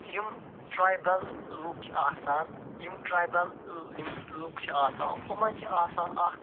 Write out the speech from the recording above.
یِم ٹرٛیبل لُکھ چھِ آسان یِم ٹرٛیبل یِم لُکھ چھِ آسان یِمن چھِ آسان اکھ